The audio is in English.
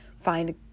find